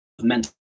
mental